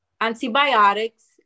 antibiotics